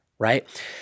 right